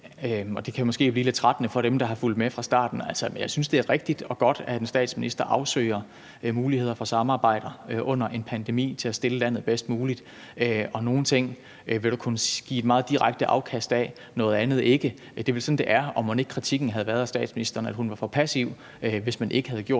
og det kan måske blive lidt trættende for dem, der har fulgt med fra starten – at jeg synes, det er rigtigt og godt, at en statsminister afsøger muligheder for samarbejder under en pandemi for at stille landet bedst muligt, og nogle ting vil kunne give et meget direkte afkast, noget andet ikke. Det er vel sådan, det er, og mon ikke kritikken af statsministeren havde været, at hun var for passiv, hvis man ikke havde gjort